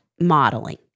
modeling